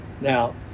now